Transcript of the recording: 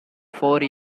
four